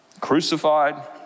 crucified